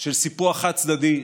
של סיפוח חד-צדדי,